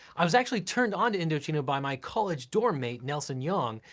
i was actually turned onto indochino by my college dorm mate, nelson yong,